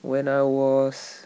when I was